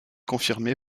confirmé